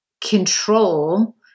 control